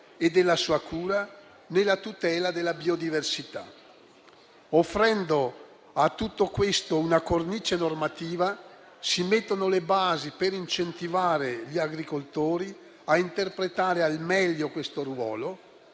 e della sua cura, nella tutela della biodiversità. Offrendo a tutto questo una cornice normativa, si mettono le basi per incentivare gli agricoltori a interpretare al meglio questo ruolo.